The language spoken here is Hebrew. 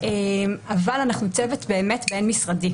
אבל אנחנו צוות בין-משרדי,